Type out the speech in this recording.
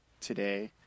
today